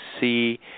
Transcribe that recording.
see